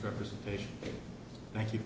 representation thank you